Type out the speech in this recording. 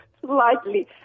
Slightly